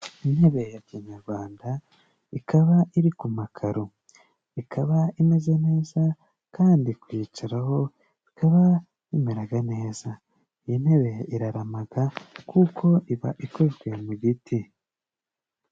Intebe ya kinyarwanda ikaba iri ku makaro ikaba imeze neza kandi kuyicaraho bikaba bimeraga neza iyi ntebe iraramaga kuko iba ikwikiye mu giti.